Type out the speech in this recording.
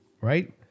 right